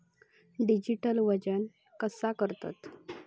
Digital वजन कसा करतत?